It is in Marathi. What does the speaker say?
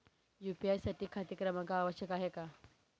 यू.पी.आय साठी खाते क्रमांक आवश्यक आहे का?